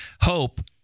hope